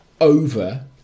over